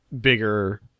bigger